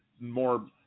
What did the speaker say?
more